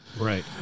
right